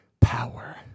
power